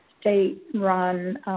state-run